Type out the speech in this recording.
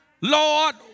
Lord